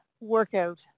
workout